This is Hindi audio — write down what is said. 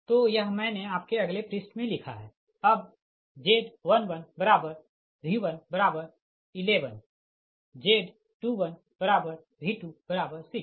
तो यह मैंने आपके अगले पृष्ठ में लिखा है अब Z11V1110Z21V260